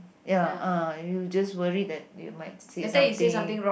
ya ah you just worry that you might say something